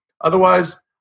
Otherwise